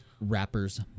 rappers